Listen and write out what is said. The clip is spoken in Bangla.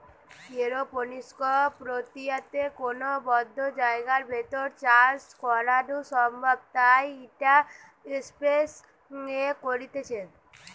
এরওপনিক্স প্রক্রিয়াতে কোনো বদ্ধ জায়গার ভেতর চাষ করাঢু সম্ভব তাই ইটা স্পেস এ করতিছে